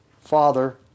Father